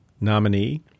nominee